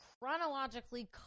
chronologically